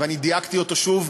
ואני דייקתי אותו שוב,